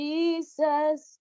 Jesus